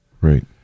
Right